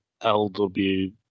LW